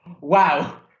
wow